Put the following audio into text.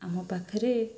ଆମ ପାଖରେ